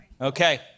Okay